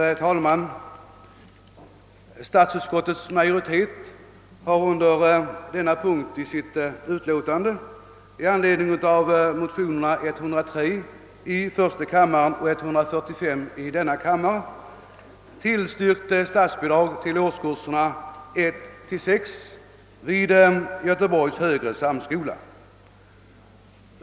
Herr talman! Statsutskottets majoritet har under denna punkt i anledning av de likalydande motionerna I: 103 och 11: 145 tillstyrkt bidrag till årskurs 1—6 vid Göteborgs högre samskola.